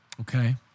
Okay